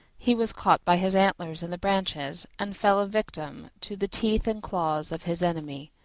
he was caught by his antlers in the branches, and fell a victim to the teeth and claws of his enemy.